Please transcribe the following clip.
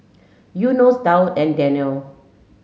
Yunos Daud and Daniel